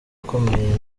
akomeye